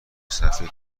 صفحه